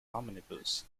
omnibus